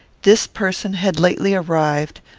this person had lately arrived,